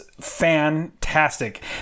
fantastic